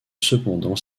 cependant